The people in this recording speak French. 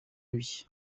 lui